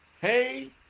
hey